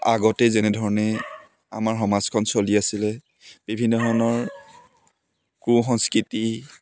আগতেই যেনেধৰণে আমাৰ সমাজখন চলি আছিলে বিভিন্ন ধৰণৰ কু সংস্কৃতি